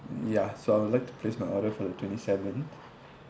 ya so I would like to place my order for the twenty seventh